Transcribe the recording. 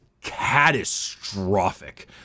catastrophic